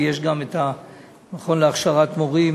ויש גם את המכון להכשרת מורים